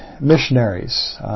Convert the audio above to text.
missionaries